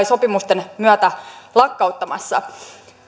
sopimusten myötä lakkauttamassa